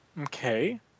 Okay